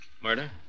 Murder